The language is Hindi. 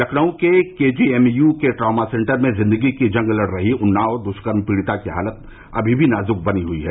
लखनऊ के के जे एम यू के ट्रामा सेंटर में ज़िदगी की जंग लड़ रही उन्नाव दुष्कर्म पीड़िया की हालत अभी भी नाज़ुक बनी हुयी है